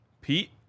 Pete